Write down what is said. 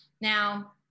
Now